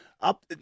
up